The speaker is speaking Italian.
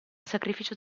sacrificio